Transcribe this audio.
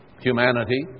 humanity